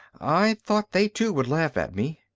i thought they, too, would laugh at me.